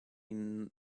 might